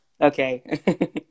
okay